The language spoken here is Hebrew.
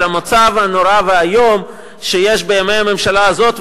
על המצב הנורא והאיום בימי הממשלה הזאת,